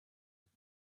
with